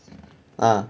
ah